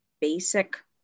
basic